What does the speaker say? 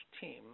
team